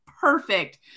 perfect